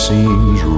Seems